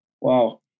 wow